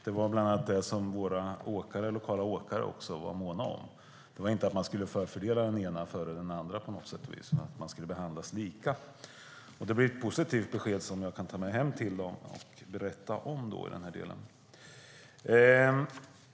Det var bland annat det som våra lokala åkare var måna om; det handlade inte om att man skulle förfördela den ena före den andra på något sätt utan att man skulle behandlas lika. Det blir ett positivt besked som jag kan ta med hem och berätta om.